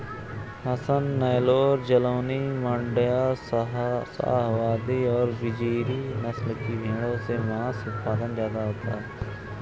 हसन, नैल्लोर, जालौनी, माण्ड्या, शाहवादी और बजीरी नस्ल की भेंड़ों से माँस उत्पादन ज्यादा होता है